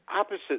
opposite